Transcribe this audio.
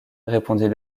répondit